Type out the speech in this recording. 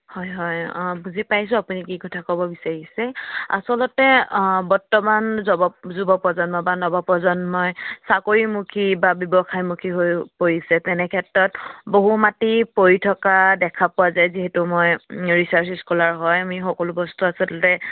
হয় হয় অঁ বুজি পাইছোঁ আপুনি কি কথা ক'ব বিচাৰিছে আচলতে বৰ্তমান যুৱ যুৱ প্ৰজন্ম বা নৱপ্ৰজন্মই চাকৰিমুখী বা ব্যৱসায়মুখী হৈ পৰিছে তেনেক্ষেত্ৰত বহু মাটি পৰি থকা দেখা পোৱা যায় যিহেতু মই ৰিছাৰ্চ স্কলাৰ হয় আমি সকলো বস্তু আচলতে